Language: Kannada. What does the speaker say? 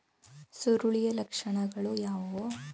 ಸುರುಳಿಯ ಲಕ್ಷಣಗಳು ಯಾವುವು?